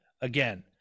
again